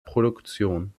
produktion